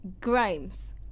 Grimes